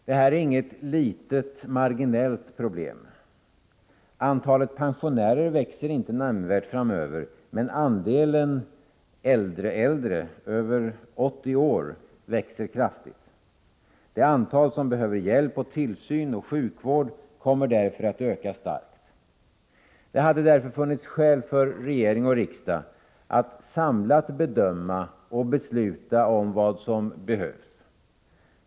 Det här är inget litet marginellt problem. Antalet pensionärer växer inte nämnvärt framöver, men andelen äldre äldre, över 80 år, växer kraftigt. Det antal som behöver hjälp, tillsyn och sjukvård kommer därför att öka starkt. Det hade därför funnits skäl för riksdag och regering att samlat bedöma och besluta om vad som behövs.